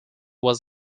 was